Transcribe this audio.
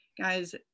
Guys